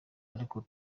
ariko